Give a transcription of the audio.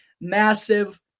massive